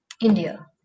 India